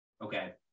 Okay